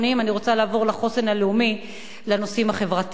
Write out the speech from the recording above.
רוצה לעבור לחוסן הלאומי בנושאים החברתיים.